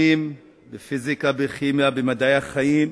בפיזיקה, בכימיה, במדעי החיים,